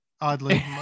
oddly